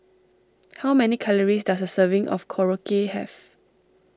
how many calories does a serving of Korokke have